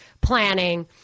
planning